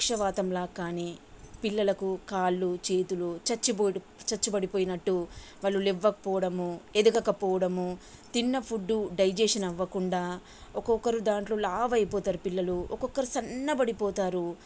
పక్షవాతంలాగా కానీ పిల్లలకు కాళ్ళు చేతులు చచ్చిపో చచ్చుపడిపోయినట్టు వాళ్ళు లేవకపోవడము ఎదగకపోవడము తిన్న ఫుడ్డు డైజెషన్ అవ్వకుండా ఒక్కొక్కరు దాంట్లో లావు అయిపోతారు పిల్లలు ఒక్కొక్కరు సన్నబడిపోతారు